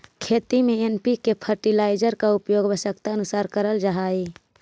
खेती में NPK fertiliser का उपयोग आवश्यकतानुसार करल जा हई